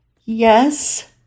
yes